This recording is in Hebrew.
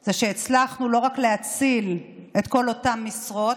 זה שהצלחנו לא רק להציל את כל אותן משרות,